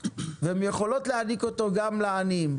והן יכולות להעניק אותו גם לעניים.